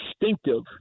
instinctive